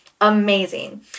amazing